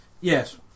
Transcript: yes